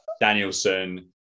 Danielson